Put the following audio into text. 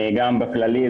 גם בכללי,